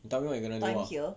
time here